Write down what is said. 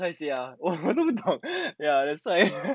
precisely ya 我都不懂 ya that's why